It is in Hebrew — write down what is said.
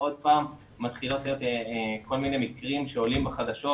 שעוד פעם מתחילים להיות כל מיני מקרים שעולים בחדשות